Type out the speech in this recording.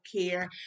care